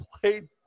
played